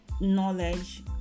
knowledge